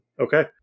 okay